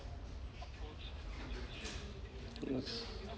yes